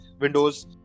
windows